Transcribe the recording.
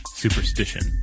Superstition